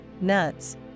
nuts